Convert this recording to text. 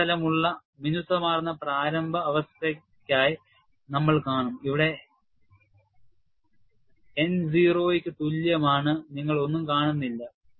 ഉപരിതലമുള്ള മിനുസമാർന്ന പ്രാരംഭ അവസ്ഥയ്ക്കായി നമ്മൾ കാണും അവിടെ N 0 ക് തുല്യമാണ് നിങ്ങൾ ഒന്നും കാണുന്നില്ല